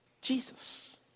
Jesus